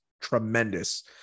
tremendous